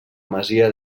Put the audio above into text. masia